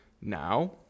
now